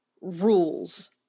rules